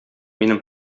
минем